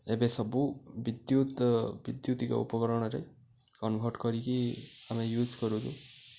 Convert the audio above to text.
ଏବେ ସବୁ ବିଦ୍ୟୁତ୍ ବିଦ୍ୟୁତିକ ଉପକରଣରେ କନଭର୍ଟ କରିକି ଆମେ ୟୁଜ୍ କରୁଛୁ